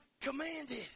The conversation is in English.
commanded